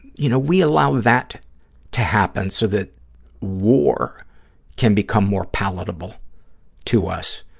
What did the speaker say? you know, we allow that to happen so that war can become more palatable to us.